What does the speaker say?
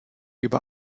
über